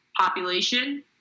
population—